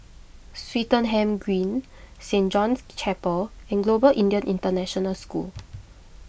Swettenham Green Saint John's Chapel and Global Indian International School